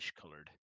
colored